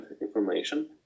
information